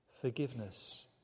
forgiveness